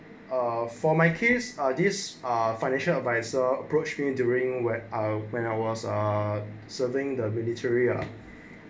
ah for my case ah this ah financial adviser approached me during when I when I was a serving the military ah